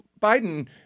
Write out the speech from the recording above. Biden